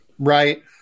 right